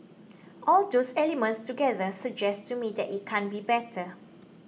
all those elements together suggest to me that it can't be better